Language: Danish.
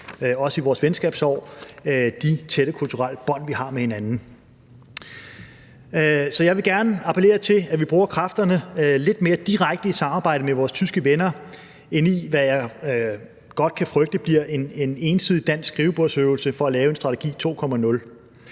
også i vores venskabsår – de tætte kulturelle bånd, vi har med hinanden. Kl. 17:09 Jeg vil gerne appellere til, at vi bruger kræfterne lidt mere direkte i samarbejdet med vores tyske venner i stedet for det, som jeg godt kan frygte bliver en ensidig dansk skrivebordsøvelse for at lave en strategi 2.0.